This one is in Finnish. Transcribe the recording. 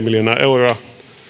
miljoonaa euroa